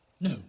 No